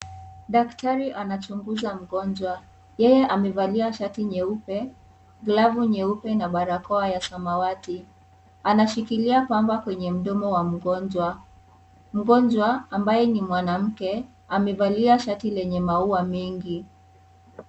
Daktari anachunguza mgonjwa yeye amevalia shati nyeupe, glavu nyeupe na barakoa ya samawati. Anashikilia pamba kwenye mdomo wa mgonjwa. Mgonjwa ambaye ni mwanamkeamevalia shati lenye maua mengi.